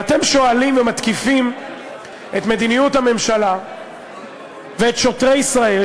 ואתם שואלים ומתקיפים את מדיניות הממשלה ואת שוטרי ישראל,